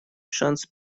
шанс